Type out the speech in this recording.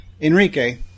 Enrique